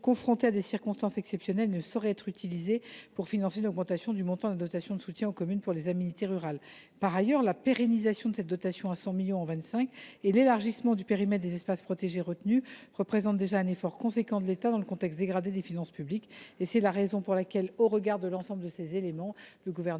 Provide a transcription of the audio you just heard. confrontées à des circonstances exceptionnelles, ne sauraient être utilisés pour financer une augmentation du montant de la dotation de soutien aux communes pour les aménités rurales. Par ailleurs, la pérennisation de cette dotation à hauteur de 100 millions en 2025 et l’élargissement du périmètre des espaces protégés retenus représentent déjà un effort considérable de l’État dans le contexte aujourd’hui dégradé des finances publiques. Au regard de ces éléments, le Gouvernement